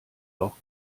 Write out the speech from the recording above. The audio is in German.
auch